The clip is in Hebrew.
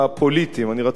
רציתי להדגים